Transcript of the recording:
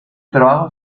trabajos